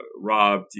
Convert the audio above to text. Rob